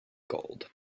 gold